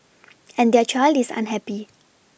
and their child is unhappy